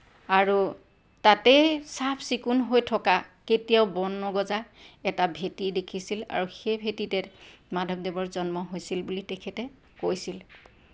আৰু তাতেই চাফ চিকুণ হৈ থকা কেতিয়াও বন নগজা এটা ভেটি দেখিছিল আৰু সেই ভেটিতে মাধৱদেৱৰ জন্ম হৈছিল বুলি তেখেতে কৈছিল